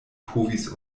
povis